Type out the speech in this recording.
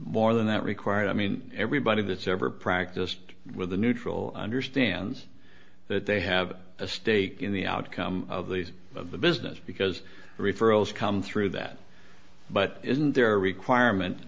more than that required i mean everybody that's ever practiced with a neutral understands that they have a stake in the outcome of these of the business because referrals come through that but isn't there a requirement